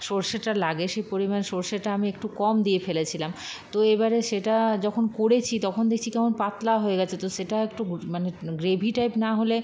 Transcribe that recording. সরষেটা লাগে সে পরিমাণ সরষেটা আমি একটু কম দিয়ে ফেলেছিলাম তো এবার সেটা যখন করেছি তখন দেখছি কেমন পাতলা হয়ে গিয়েছে তো সেটা একটু মানে গ্রেভি টাইপ না হলে